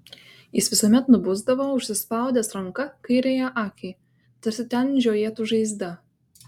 jis visuomet nubusdavo užsispaudęs ranka kairiąją akį tarsi ten žiojėtų žaizda